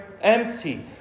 empty